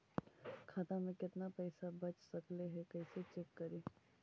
खाता में केतना पैसा बच रहले हे कैसे चेक करी?